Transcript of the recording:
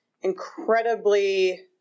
incredibly